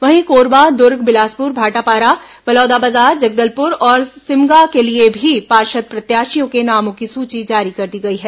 वहीं कोरबा दुर्ग बिलासपुर भाटापारा बलौदाबाजार जगदलपुर और सिमगा के लिये भी पार्षद प्रत्याशियों के नामों की सूची जारी कर दी गई है